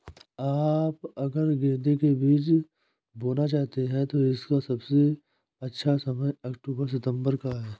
आप अगर गेंदे के बीज बोना चाहते हैं तो इसका सबसे अच्छा समय अक्टूबर सितंबर का है